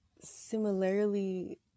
similarly